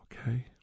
okay